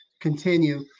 continue